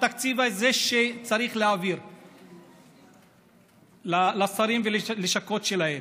התקציב הזה שצריך להעביר לשרים וללשכות שלהם,